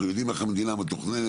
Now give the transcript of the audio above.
אנחנו יודעים איך המדינה מתוכננת,